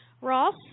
Ross